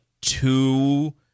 two